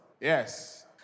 Yes